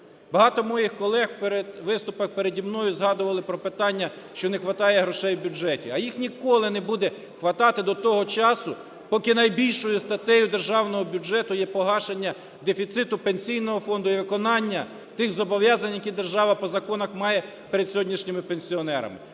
Багато моїх колег у виступах переді мною згадували про питання, що не хватає грошей в бюджеті. А їх ніколи не буде хватати до того часу, поки найбільшою статтею державного бюджету є погашення дефіциту Пенсійного фонду і виконання тих зобов'язань, які держава по законах має перед сьогоднішніми пенсіонерами.